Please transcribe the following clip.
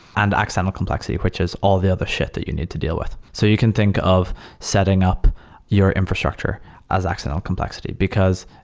and accidental complexity, which is all the other shit that you need to deal with. so you can think of setting up your infrastructure as accidental complexity, because,